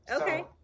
Okay